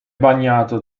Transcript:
bagnato